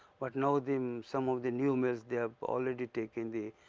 but now the um some of the new mills they have already taken the